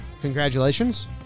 Congratulations